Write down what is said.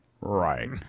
Right